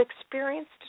experienced